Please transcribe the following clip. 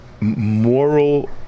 Moral